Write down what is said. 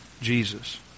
Jesus